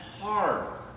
hard